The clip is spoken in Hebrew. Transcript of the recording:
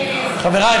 חבריי,